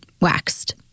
waxed